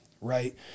right